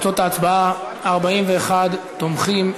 תוצאות ההצבעה: 41 תומכים,